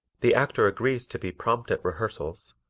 the actor agrees to be prompt at rehearsals,